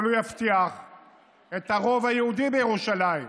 אבל הוא יבטיח את הרוב היהודי בירושלים,